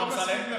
השר אמסלם,